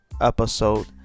episode